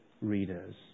readers